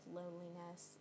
loneliness